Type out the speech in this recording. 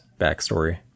backstory